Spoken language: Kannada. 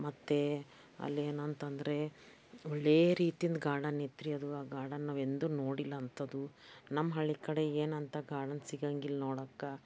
ಮತ್ತೆ ಅಲ್ಲಿ ಏನಂತಂದರೆ ಒಳ್ಳೇ ರೀತಿಯಿಂದ್ ಗಾರ್ಡನ್ ಇತ್ತು ರೀ ಅದು ಆ ಗಾರ್ಡನ್ ನಾವು ಎಂದೂ ನೋಡಿಲ್ಲ ಅಂಥದು ನಮ್ಮ ಹಳ್ಳಿ ಕಡೆ ಏನಂಥ ಗಾರ್ಡನ್ ಸಿಗೋಂಗಿಲ್ಲ ನೋಡೋಕೆ